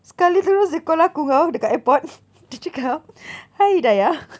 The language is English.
sekali terus dia call aku kau dekat aiport dia cakap hi hidayah